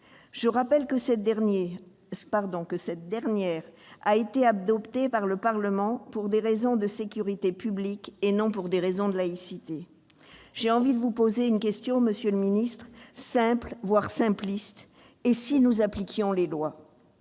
Je rappelle que cette dernière a été adoptée par le Parlement pour des raisons de sécurité publique et non pour des raisons de laïcité. J'ai envie de vous poser une question simple, voire simpliste, monsieur le secrétaire d'État : et si nous appliquions les lois ?